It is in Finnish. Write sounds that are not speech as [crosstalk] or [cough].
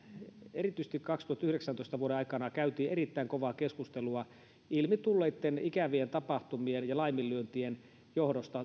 erityisesti vuoden kaksituhattayhdeksäntoista aikana käytiin erittäin kovaa keskustelua tuolla ikäihmisten hoidossa ilmi tulleitten ikävien tapahtumien ja laiminlyöntien johdosta [unintelligible]